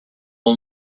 all